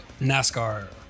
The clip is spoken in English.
NASCAR